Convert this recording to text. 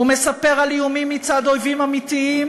הוא מספר על איומים מצד אויבים אמיתיים